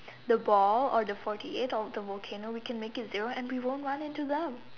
the ball or the forty eight of the volcano we can make it zero and we won't run into them